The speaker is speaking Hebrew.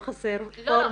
לא חסר ועדות.